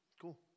cool